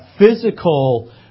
physical